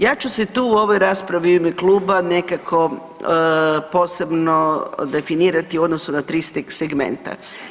Ja ću se u ovoj raspravi u ime kluba nekako posebno definirati u odnosu na tri segmenta.